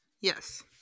Yes